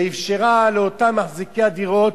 ואפשרה לאותם מחזיקי הדירות